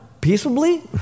peaceably